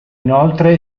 inoltre